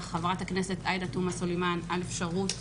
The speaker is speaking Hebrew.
חברת הכנסת עאידה תומא סלימאן על אפשרות